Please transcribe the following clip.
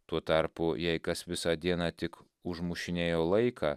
tuo tarpu jei kas visą dieną tik užmušinėjo laiką